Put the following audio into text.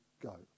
go